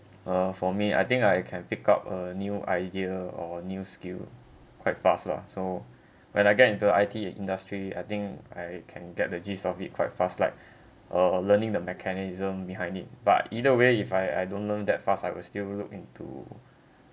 uh for me I think I can pick up a new idea or a new skill quite fast lah so when I get into I_T industry I think I can get the gist of it quite fast like uh learning the mechanism behind it but either way if I I don't learn that fast I will still look into